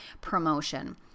promotion